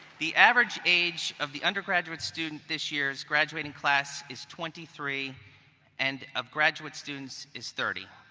the average age of the undergraduate student, this year's graduating class is twenty three and of graduate students is thirty.